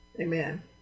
amen